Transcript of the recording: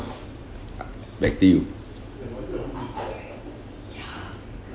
back to you